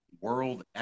world